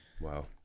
Wow